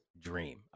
dream